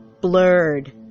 blurred